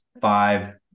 five